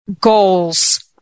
goals